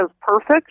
perfect